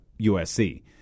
USC